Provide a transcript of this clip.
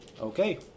Okay